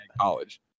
College